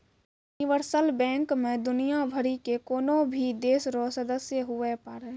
universal bank मे दुनियाँ भरि के कोन्हो भी देश रो सदस्य हुवै पारै